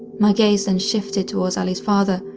my gaze then shifted towards allie's father,